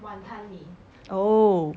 oh